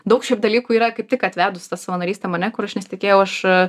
daug šiaip dalykų yra kaip tik atvedus ta savanorystė mane kur aš nesitikėjau aš